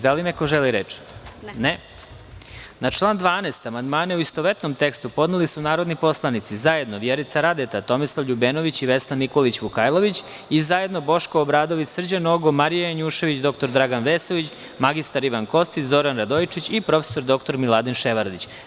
Da li neko želi reč? (Ne.) Na član 12. amandmane u istovetnom tekstu podneli su narodni poslanici zajedno Vjerica Radeta, Tomislav LJubenović i Vesna Nikolić Vukajlović i zajedno Boško Obradović, Srđan Nogo, Marija Janjušević, dr Dragan Vesović, mr Ivan Kostić, Zoran Radojičić i prof. dr Miladin Ševarlić.